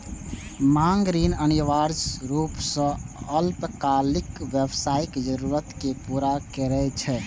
मांग ऋण अनिवार्य रूप सं अल्पकालिक व्यावसायिक जरूरत कें पूरा करै छै